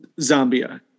Zambia